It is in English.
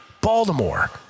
Baltimore